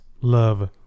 Love